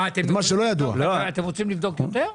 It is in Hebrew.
מה, אתם רוצים לבדוק יותר?